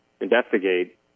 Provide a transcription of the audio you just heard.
investigate